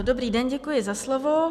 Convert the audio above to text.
Dobrý den, děkuji za slovo.